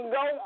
go